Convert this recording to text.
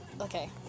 Okay